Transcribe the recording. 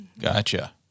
Gotcha